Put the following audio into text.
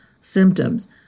symptoms